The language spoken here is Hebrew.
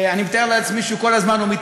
אני מתאר לעצמי שכל הזמן יש לו הוא כמעט